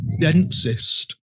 densest